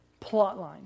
plotline